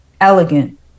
elegant